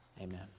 Amen